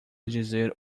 dizer